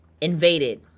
invaded